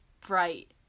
bright